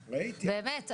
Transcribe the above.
באמת,